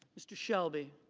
mr. shelby.